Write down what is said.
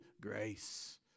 grace